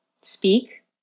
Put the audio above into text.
speak